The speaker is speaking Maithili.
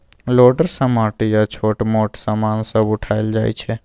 लोडर सँ माटि आ छोट मोट समान सब उठाएल जाइ छै